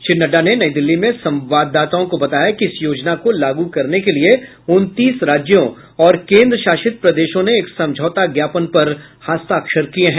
श्री नड्डा ने नई दिल्ली में संवाददाताओं को बताया कि इस योजना को लागू करने के लिए उनतीस राज्यों और केन्द्र शासित प्रदेशों ने एक समझौता ज्ञापन पर हस्ताक्षर किए हैं